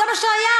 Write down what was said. זה מה שהיה.